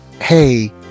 hey